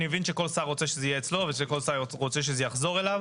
אני מבין שכל שר רוצה שזה יהיה אצלו ושכל שר רוצה שזה יחזור אליו.